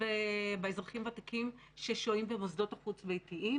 באזרחים ותיקים ששוהים במוסדות החוץ-ביתיים.